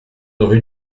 rue